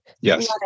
Yes